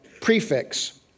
prefix